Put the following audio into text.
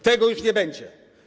Tego już nie będzie.